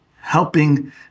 helping